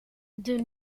die